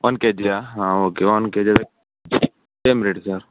one ಕೆಜಿಯಾ ಹಾಂ okay one KG same rate sir